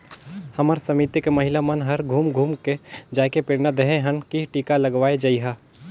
हमर समिति के महिला मन हर घुम घुम के जायके प्रेरना देहे हन की टीका लगवाये जइहा